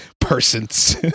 persons